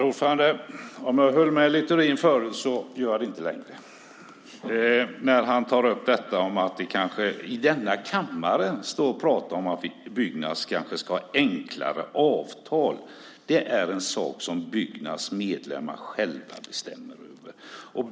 Herr talman! Om jag höll med Littorin förut så gör jag det inte längre när han i denna kammare står och pratar om att Byggnads kanske ska ha enklare avtal. Det är en sak som Byggnads medlemmar själva bestämmer över.